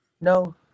no